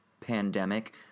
pandemic –